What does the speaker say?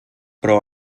però